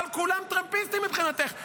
אבל כולם טרמפיסטים מבחינתך,